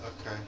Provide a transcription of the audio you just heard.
Okay